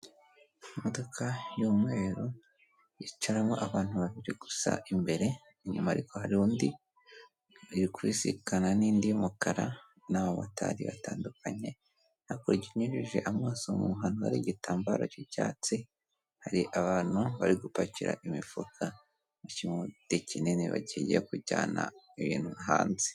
Imodoka y'umweru yicaramo abantu babiri gusa imbere, inyuma ariko hari undi, iri kubisikana n'indi y'umukara n'abamotari batandukanye, hakurya unyujije amaso mu muhanda, hari igitambaro cy'icyatsi, hari abantu bari gupakira imifuka n'ikindi kinini kigiye kujyana ibintu hanze.